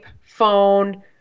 phone